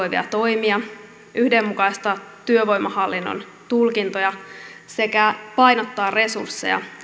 passivoivia toimia yhdenmukaistaa työvoimahallinnon tulkintoja sekä painottaa resursseja